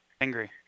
angry